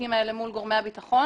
בתיקים האלה מול גורמי הביטחון,